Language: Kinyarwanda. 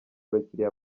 bakiriya